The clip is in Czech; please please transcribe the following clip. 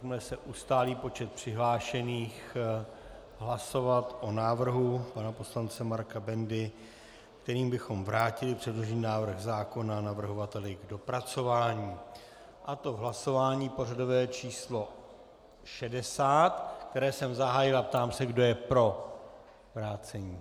Jakmile se ustálí počet přihlášených, budeme hlasovat o návrhu pana poslance Marka Bendy, kterým bychom vrátili předložený návrh zákona navrhovateli k dopracování, a to v hlasování pořadové číslo 60, které jsem zahájil, a ptám se, kdo je pro vrácení.